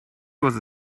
was